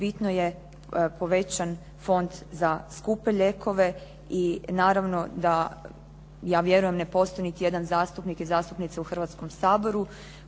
bitno je povećan fond za skupe lijekove i naravno da ja vjerujem ne postoji niti jedan zastupnik i zastupnica u Hrvatskom saboru